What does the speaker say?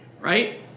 right